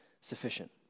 sufficient